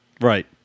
Right